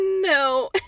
no